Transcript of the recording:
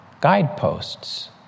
guideposts